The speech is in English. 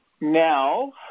Now